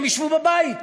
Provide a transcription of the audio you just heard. הם ישבו בבית.